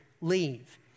Leave